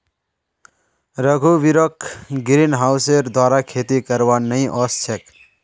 रघुवीरक ग्रीनहाउसेर द्वारा खेती करवा नइ ओस छेक